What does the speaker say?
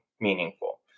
meaningful